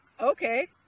Okay